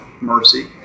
mercy